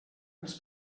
els